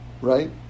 right